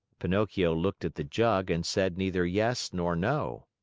pinocchio looked at the jug and said neither yes nor no.